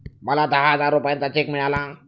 मला दहा हजार रुपयांचा चेक मिळाला